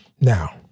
Now